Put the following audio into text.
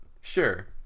Sure